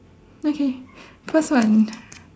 okay first one